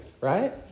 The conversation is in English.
Right